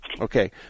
Okay